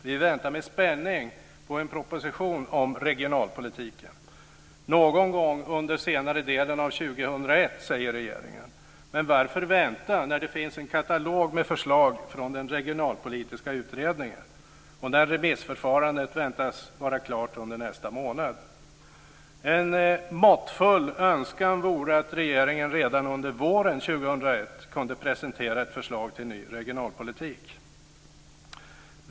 Vi väntar med spänning på en proposition om regionalpolitiken. Någon gång under senare delen av 2001, säger regeringen. Men varför vänta när det finns en katalog med förslag från den regionalpolitiska utredningen och när remissförfarandet väntas vara klart under nästa månad? En måttfull önskan vore att regeringen redan under våren 2001 kunde presentera ett förslag till ny regionalpolitik.